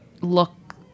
look